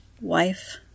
wife